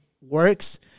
works